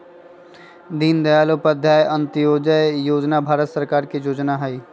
दीनदयाल उपाध्याय अंत्योदय जोजना भारत सरकार के जोजना हइ